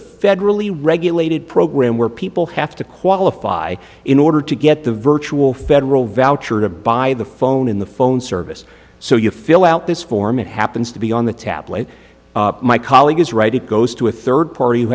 federally regulated program where people have to qualify in order to get the virtual federal voucher to buy the phone in the phone service so you fill out this form it happens to be on the tablet my colleague is right it goes to a third party who